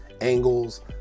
angles